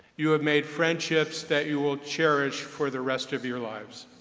you have made friendships that you will cherish for the rest of your lives.